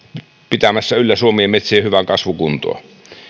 pitämässä yllä suomen metsien hyvää kasvukuntoa